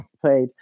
played